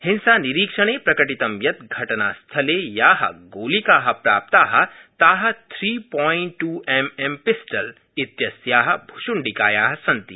हिंसानिरीक्षणे प्रकटितं यत् घटनास्थले या गोलिका प्राप्ता ता three point two M M pistol इत्यस्या भुषुण्डिकाया सन्ति